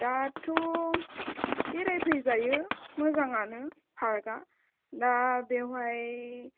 दाथ' बेरायफै जायो मोजाङानो पार्कआ दा बेवहाय